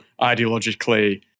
ideologically